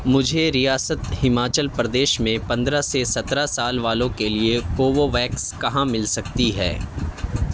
مجھے ریاست ہماچل پردیش میں پندرہ سے سترہ سال والوں کے لیے کووو ویکس کہاں مل سکتی ہے